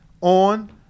on